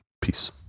Peace